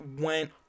went